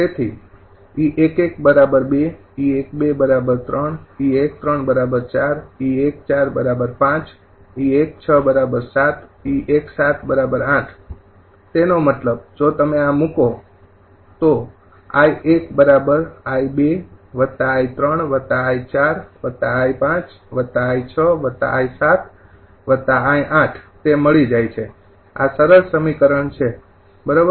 તેથી 𝑒૧૧ ૨ 𝑒૧૨૩ 𝑒૧૩ ૪ 𝑒૧૪ ૫ e૧૬ ૭ e1૭ ૮ તેનો મતલબ જો તમે આ મૂકો 𝐼૧ 𝑖૨𝑖૩𝑖૪𝑖૫𝑖૬𝑖૭𝑖૮ તે મળી જાય છે આ સરળ સમીકરણથી બરોબર